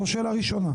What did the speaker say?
זו שאלה ראשונה.